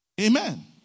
Amen